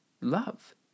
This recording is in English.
Love